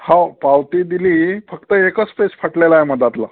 हो पावती दिली फक्त एकच पेज फाटलेलं आहे मधातलं